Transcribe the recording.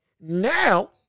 now